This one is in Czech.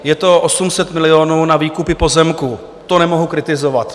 Je to 800 milionů na výkupy pozemků, to nemohu kritizovat.